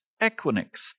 Equinix